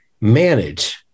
manage